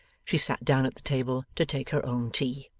she sat down at the table to take her own tea.